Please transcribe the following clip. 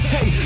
Hey